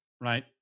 right